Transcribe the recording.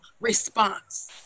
response